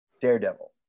Daredevil